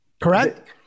Correct